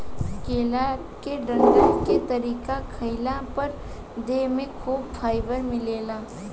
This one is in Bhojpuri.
केला के डंठल के तरकारी खइला पर देह में खूब फाइबर मिलेला